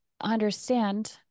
understand